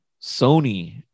Sony